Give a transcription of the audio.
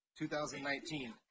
2019